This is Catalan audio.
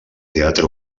teatre